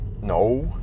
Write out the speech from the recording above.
no